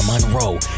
Monroe